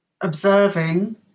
observing